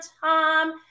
Tom